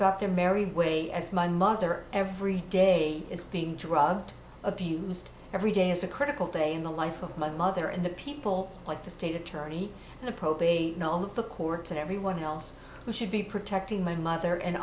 ir merry way as my mother every day is being drugged abused every day is a critical day in the life of my mother and the people like the state attorney and the probate not all of the courts and everyone else who should be protecting my mother and